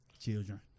Children